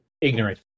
ignorant